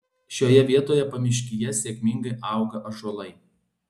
šioje vietoje pamiškyje sėkmingai auga ąžuolai